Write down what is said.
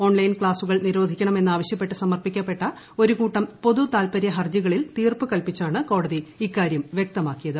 online ക്സാസുകൾ നിരോധിക്കണമെന്നാവശൃപ്പെട്ട് സമർപ്പിക്കപ്പെട്ട ഒരു കൂട്ടം പൊതുതാൽപര്യ ഹർജികളിൽ തീർപ്പുകൽപ്പിച്ചാണ് കോടതി ഇക്കാര്യം വ്യക്തമാക്കിയത്